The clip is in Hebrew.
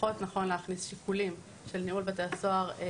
פחות נכון להכניס שיקול של ניהול בתי סוהר.